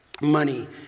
money